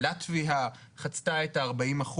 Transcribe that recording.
לטביה חצתה את ה-40%,